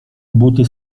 buty